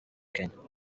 kenya